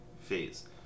phase